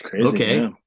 okay